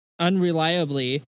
unreliably